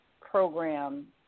program